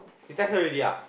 you text her already ah